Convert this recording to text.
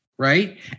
Right